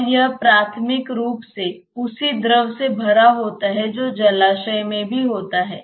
और यह प्राथमिक रूप से उसी द्रव से भरा होता है जो जलाशय में भी होता है